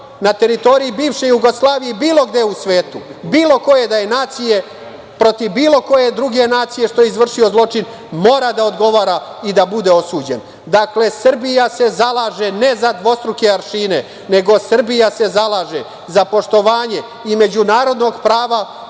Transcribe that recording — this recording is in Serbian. na teritoriji bivše Jugoslavije i bilo gde u svetu, bilo koje da je nacije, protiv bilo koje druge nacije što je izvršio zločin, mora da odgovara i da bude osuđen. Dakle, Srbija se zalaže ne za dvostruke aršine, nego Srbija se zalaže za poštovanje i međunarodnog prava